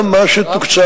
גם מה שתוקצב